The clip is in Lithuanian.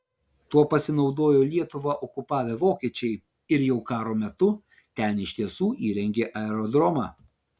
tuo pasinaudojo lietuvą okupavę vokiečiai ir jau karo metu ten iš tiesų įrengė aerodromą